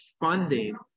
funding